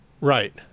Right